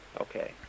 Okay